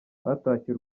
batashye